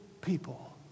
people